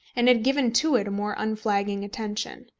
and had given to it a more unflagging attention.